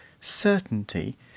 certainty